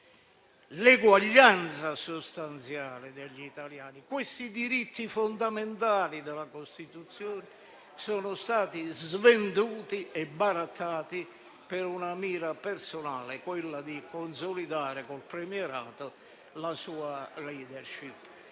l'eguaglianza sostanziale degli italiani, diritti fondamentali della Costituzione, sono stati svenduti e barattati per una mira personale, quella di consolidare con il premierato la sua *leadership*.